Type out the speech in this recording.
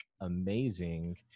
amazing